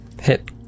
Hit